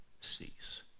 cease